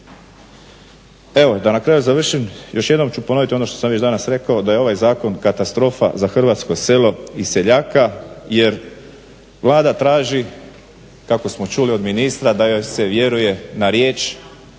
Evo da na kraju završim još jednom ću ponovit ono što sam već danas rekao da je ovaj zakon katastrofa za hrvatsko selo i seljaka jer Vlada traži kako smo čuli od ministra da joj se vjeruje na riječ